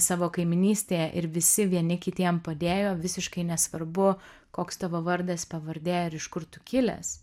savo kaimynystėje ir visi vieni kitiem padėjo visiškai nesvarbu koks tavo vardas pavardė ir iš kur tu kilęs